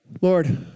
Lord